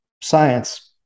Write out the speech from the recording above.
science